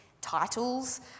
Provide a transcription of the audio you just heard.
titles